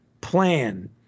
plan